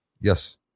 Yes